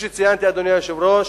אדוני היושב-ראש,